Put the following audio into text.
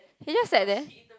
he just sat there